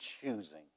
choosing